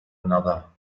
another